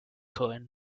cohen